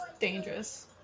dangerous